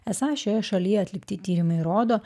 esą šioje šalyje atlikti tyrimai rodo